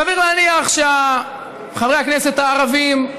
סביר להניח שחברי הכנסת הערבים,